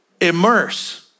immerse